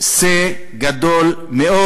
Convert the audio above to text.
say גדול מאוד,